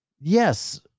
yes